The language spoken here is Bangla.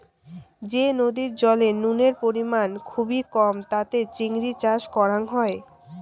যে নদীর জলে নুনের পরিমাণ খুবই কম তাতে চিংড়ি চাষ করাং হই